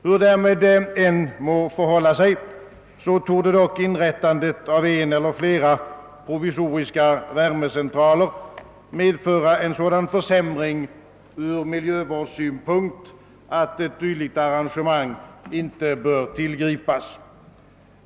Hur därmed än må förhålla sig, torde dock inrättandet av en eller flera provisoriska värmecentraler medföra en sådan försämring från miljövårdssynpunkt att ett dylikt arrangemang inte bör = tillgripas.